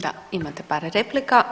Da, imate par replika.